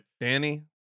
Danny